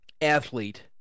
Athlete